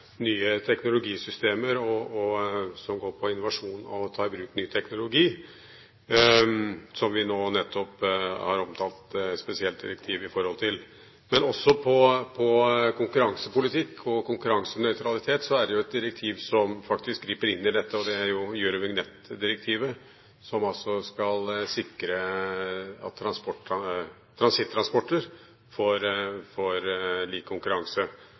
nye teknologisystemer som går på innovasjon og å ta i bruk ny teknologi, som vi nå nettopp har omtalt et spesielt direktiv i forbindelse med. Men også på konkurransepolitikk og konkurransenøytralitet er det et direktiv som faktisk griper inn i dette, og det er Eurovignett-direktivet, som altså skal sikre at transittransporter får lik konkurranse.